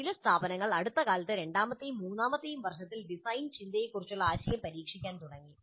ചില സ്ഥാപനങ്ങൾ അടുത്തകാലത്ത് രണ്ടാമത്തെയും മൂന്നാമത്തെയും വർഷങ്ങളിൽ ഡിസൈൻ ചിന്തയെക്കുറിച്ചുള്ള ആശയം പരീക്ഷിക്കാൻ തുടങ്ങി